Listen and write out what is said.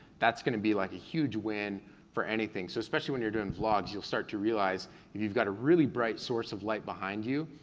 that's gonna be like a huge win for anything, so especially when you're doing vlogs, you'll start to realize if you've got a really bright source of light behind you,